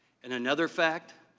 and another fact.